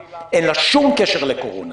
אין לה שום קשר לקורונה.